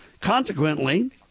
Consequently